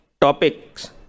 topics